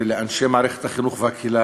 ולאנשי מערכת החינוך והקהילה,